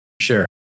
sure